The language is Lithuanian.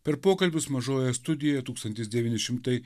per pokalbius mažoje studijoje tūkstantis devyni šimtai